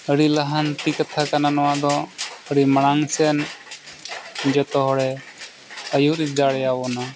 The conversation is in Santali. ᱟᱹᱰᱤ ᱞᱟᱦᱟᱱᱛᱤ ᱠᱟᱛᱷᱟ ᱠᱟᱱᱟ ᱱᱚᱣᱟ ᱫᱚ ᱟᱹᱰᱤ ᱢᱟᱲᱟᱝ ᱥᱮᱫ ᱡᱷᱚᱛᱚ ᱦᱚᱲᱮ ᱟᱹᱭᱩᱨ ᱤᱫᱤ ᱫᱟᱲᱮᱭᱟᱵᱚᱱᱟ